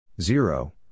Zero